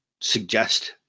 suggest